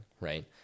Right